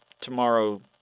tomorrow